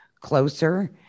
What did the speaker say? closer